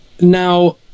Now